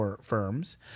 firms